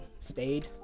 stayed